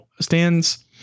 stands